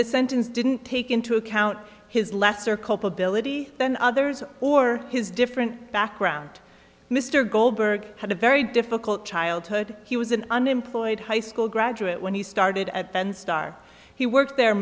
the sentence didn't take into account his lesser culpability than others or his different background mr goldberg had a very difficult childhood he was an unemployed high school graduate when he started at penn star he worked there